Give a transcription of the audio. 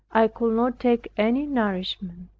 i could not take any nourishment.